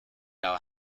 out